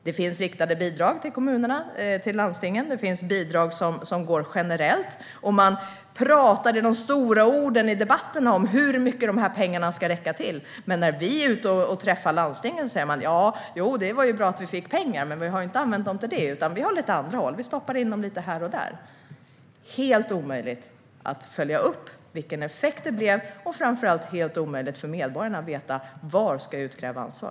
Det finns riktade bidrag till kommuner och landsting. Det finns bidrag som går generellt. I debatten använder man stora ord om hur mycket pengarna ska räcka till, men när vi är ute och träffar landstingen säger de: Det var ju bra att vi fick pengar, men vi har inte använt dem till det ni sa, utan vi har andra hål att stoppa dem i. Då är det helt omöjligt att följa upp vilken effekt det blev, och det är framför allt helt omöjligt för medborgarna att veta var man ska utkräva ansvar.